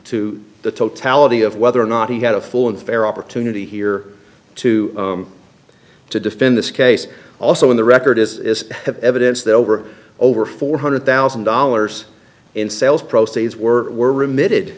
to the totality of whether or not he had a full and fair opportunity here to to defend this case also on the record is have evidence that over over four hundred thousand dollars in sales proceeds were remitted